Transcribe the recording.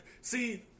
See